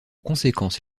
conséquence